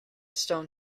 stone